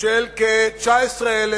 של כ-19,000